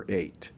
eight